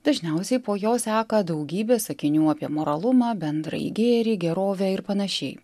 dažniausiai po jo seka daugybė sakinių apie moralumą bendrąjį gėrį gerovę ir panašiai